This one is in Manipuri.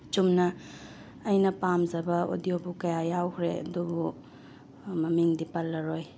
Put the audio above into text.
ꯆꯨꯝꯅ ꯑꯩꯅ ꯄꯥꯝꯖꯕ ꯑꯣꯗꯤꯌꯣ ꯕꯨꯛ ꯀꯌꯥ ꯌꯥꯎꯈ꯭ꯔꯦ ꯑꯗꯨꯕꯨ ꯃꯃꯤꯡꯗꯤ ꯄꯜꯂꯔꯣꯏ